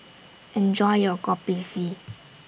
Enjoy your Kopi C